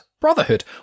Brotherhood